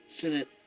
senate